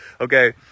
Okay